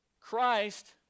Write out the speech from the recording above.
Christ